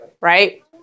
right